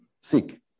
Seek